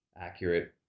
accurate